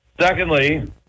Secondly